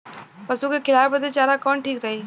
पशु के खिलावे बदे चारा कवन ठीक रही?